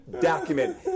document